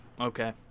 Okay